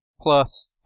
plus